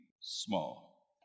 small